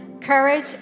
courage